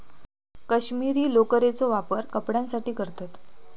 कश्मीरी लोकरेचो वापर कपड्यांसाठी करतत